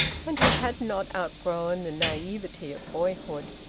and he had not outgrown the naivete of boyhood.